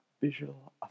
visual